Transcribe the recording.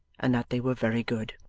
and that they were very good.